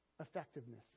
effectiveness